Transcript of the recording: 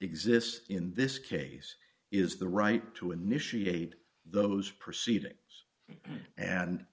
exists in this case is the right to initiate those proceedings and